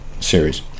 series